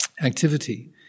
activity